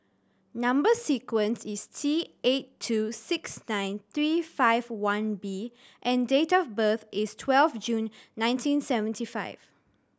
number sequence is T eight two six nine three five one B and date of birth is twelve June nineteen seventy five